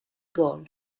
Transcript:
gol